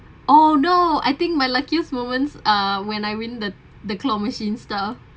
oh no I think my luckiest moments are when I win the the claw machines stuff